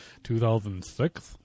2006